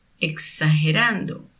exagerando